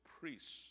priests